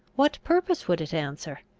what purpose would it answer?